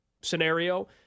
scenario